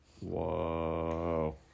whoa